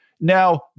Now